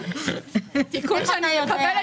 האם תיפתח קרן